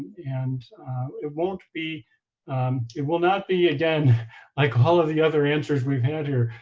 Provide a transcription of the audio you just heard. and it won't be it will not be again like all of the other answers we've had here,